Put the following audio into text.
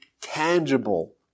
tangible